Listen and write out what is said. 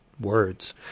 words